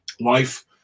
life